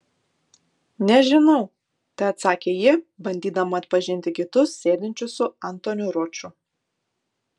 nežinau teatsakė ji bandydama atpažinti kitus sėdinčius su antoniu roču